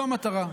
זו המטרה.